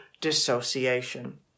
dissociation